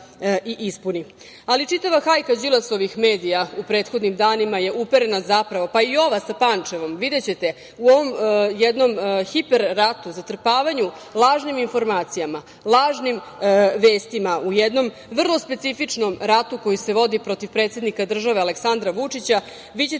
ispuni. Čitava hajka Đilasovih medija u prethodnim danima je uperena, zapravo, pa i ova sa Pančevom, videćete, u ovom jednom hiper ratu, zatrpavanju lažnim informacijama, lažnim vestima u jednom vrlo specifičnom ratu koji se vodi protiv predsednika države, Aleksandra Vučića, vi ćete videti